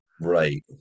Right